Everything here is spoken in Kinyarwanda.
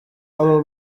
aba